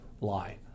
lie